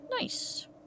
Nice